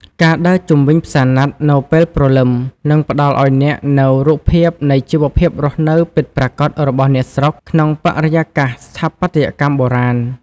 ការដើរជុំវិញផ្សារណាត់នៅពេលព្រលឹម នឹងផ្តល់ឱ្យអ្នកនូវរូបភាពនៃជីវភាពរស់នៅពិតប្រាកដរបស់អ្នកស្រុក ក្នុងបរិយាកាសស្ថាបត្យកម្មបុរាណ។